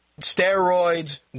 steroids